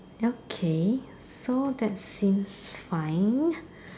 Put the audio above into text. okay so that seems fine